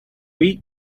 eat